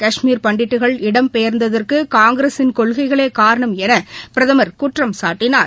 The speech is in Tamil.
காஷ்மீர் பண்டிட்டுகள் இடம் பெயர்ந்ததற்கு காங்கிரசின் கொள்கைகளே காரணம் என பிரதமர் குற்றம் சாட்டினார்